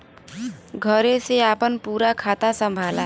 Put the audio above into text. घरे से आपन पूरा खाता संभाला